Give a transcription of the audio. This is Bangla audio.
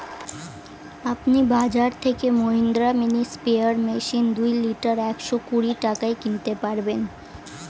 আপনি বাজর থেকে মহিন্দ্রা মিনি স্প্রেয়ার মেশিন দুই লিটার একশো কুড়ি টাকায় কিনতে পারবেন